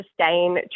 sustain